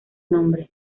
nombre